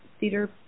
Cedar